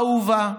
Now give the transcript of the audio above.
אהובה,